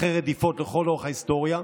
אחרי רדיפות לכל אורך ההיסטוריה.